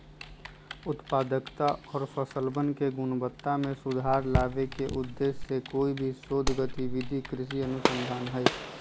उत्पादकता और फसलवन के गुणवत्ता में सुधार लावे के उद्देश्य से कोई भी शोध गतिविधि कृषि अनुसंधान हई